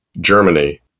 Germany